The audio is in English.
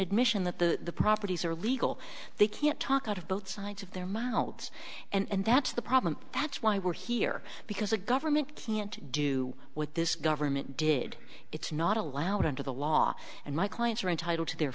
admission that the properties are legal they can't talk out of both sides of their mouths and that's the problem that's why we're here because the government can't do what this government did it's not allowed under the law and my clients are entitled to their